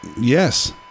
Yes